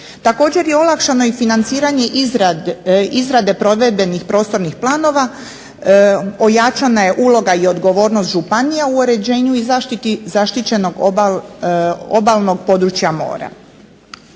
Također je olakšano i financiranje izrade provedbenih prostornih planova, ojačana je uloga i odgovornost županija u uređenju i zaštiti zaštićenog obalnog područja mora.